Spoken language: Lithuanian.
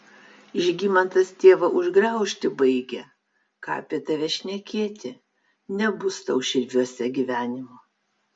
žygimantas tėvą užgraužti baigia ką apie tave šnekėti nebus tau širviuose gyvenimo